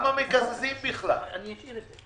צריך לדון בנושא הזה.